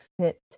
fit